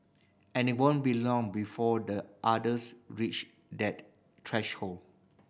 and it won't be too long before the otters reach that threshold